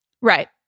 Right